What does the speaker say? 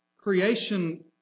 Creation